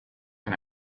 can